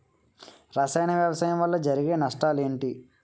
రసాయన వ్యవసాయం వల్ల జరిగే నష్టాలు ఏంటి?